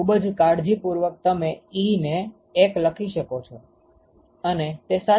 ખુબજ કાળજીપૂર્વક તમે 𝜀ને 1 લખી શકો છો અને તે સાચું છે